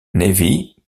navy